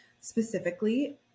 Specifically